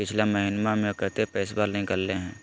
पिछला महिना मे कते पैसबा निकले हैं?